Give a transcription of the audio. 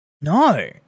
No